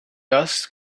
dust